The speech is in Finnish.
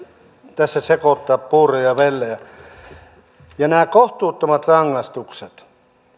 tässä sekoittaa puuroja ja vellejä nämä kohtuuttomat rangaistukset